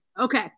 Okay